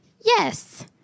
Yes